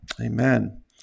Amen